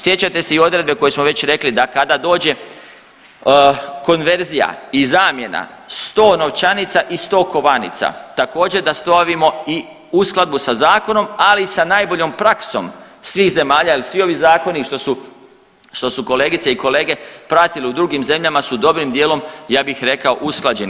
Sjećate se odredbe koje smo već rekli, da kada dođe konverzija i zamjena 100 novčanica i 100 kovanica, također, da stavimo i uskladbu sa zakonom, ali i sa najboljom praksom svih zemalja jer svi ovi zakoni što su kolegice i kolege pratili u drugim zemljama su dobrim dijelom ja bih rekao usklađeni.